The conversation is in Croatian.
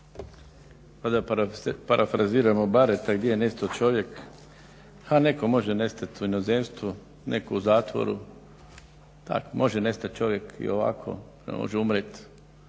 Da parafraziram Bareta "Gdje je nestao čovjek". A netko može nestati u inozemstvu, netko u zatvoru, može nestat čovjek i ovako, može umrijeti,